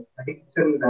addiction